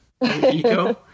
Eco